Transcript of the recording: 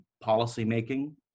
policy-making